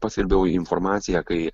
paskelbiau informaciją kai